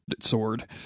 sword